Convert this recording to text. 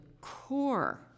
core